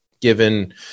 given